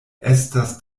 estas